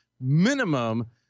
minimum